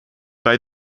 bei